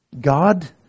God